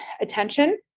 attention